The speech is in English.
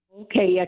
Okay